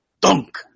dunk